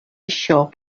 shop